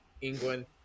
England